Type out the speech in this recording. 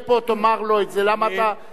למה אתה אומר את זה לשר בגין?